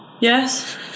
yes